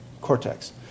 cortex